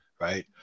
right